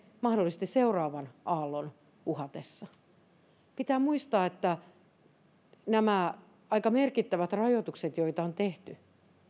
mahdollisesti vasta seuraavan aallon uhatessa pitää muistaa että nämä aika merkittävät rajoitukset joita on tehty